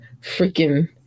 freaking